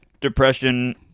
depression